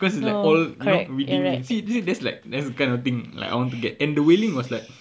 because it's like all you know within you see you see that's like that's the kind of thing like I want to get and the wailing was like